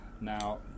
Now